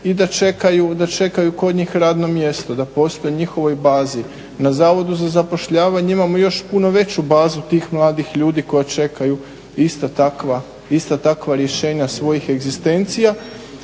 i da čekaju kod njih radno mjesto, da postoje u njihovoj bazi. Na zavodu za zapošljavanje imamo još puno veću bazu tih mladih ljudi koji čekaju ista takva rješenja svojih egzistencija.